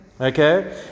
Okay